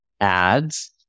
ads